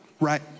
right